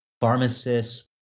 pharmacists